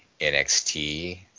NXT